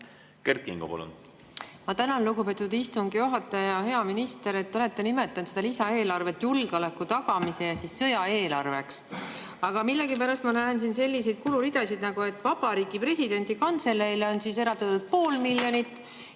Ma tänan, lugupeetud istungi juhataja! Hea minister! Te olete nimetanud seda lisaeelarvet julgeoleku tagamise ja sõjaeelarveks. Aga millegipärast ma näen siin selliseid kuluridasid, et Vabariigi Presidendi Kantseleile on eraldatud pool miljonit